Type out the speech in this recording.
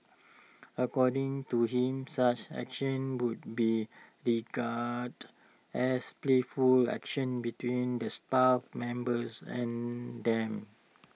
according to him such actions would be regarded as playful actions between the staff members and them